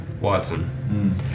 watson